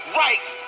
right